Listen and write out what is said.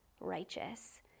righteous